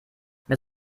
mit